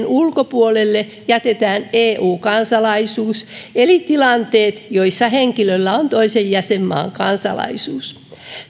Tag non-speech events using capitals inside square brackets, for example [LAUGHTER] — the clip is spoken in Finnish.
[UNINTELLIGIBLE] ulkopuolelle jätetään eu kansalaisuus eli tilanteet joissa henkilöllä on toisen jäsenmaan kansalaisuus